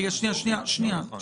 זה לא נכון.